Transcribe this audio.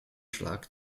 schlag